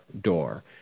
door